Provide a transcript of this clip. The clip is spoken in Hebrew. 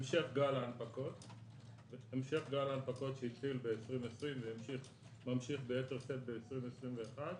המשך גל ההנפקות שהתחיל ב-2020 וממשיך ביתר שאת ב-2021.